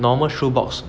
normal shoe box